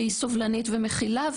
שהיא סובלנית ומכילה,